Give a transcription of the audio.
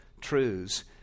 truths